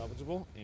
salvageable